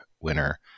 winner